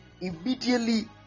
immediately